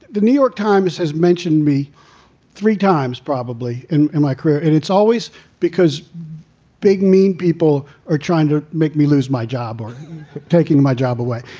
the new york times has mentioned me three times probably in and my career. and it's always because big mean people are trying to make me lose my job or taking my job away.